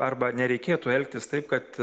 arba nereikėtų elgtis taip kad